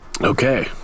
Okay